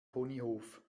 ponyhof